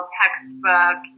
textbook